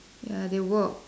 ya they work